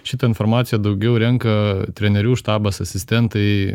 šitą informaciją daugiau renka trenerių štabas asistentai